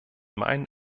meinen